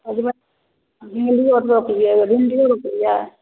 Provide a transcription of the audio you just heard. सजमनि झिगनी आर रोपलियै भिण्डी रोपलियै